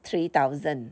three thousand